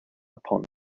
upon